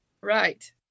Right